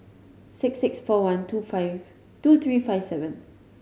six six four one two five two three five seven